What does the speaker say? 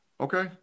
Okay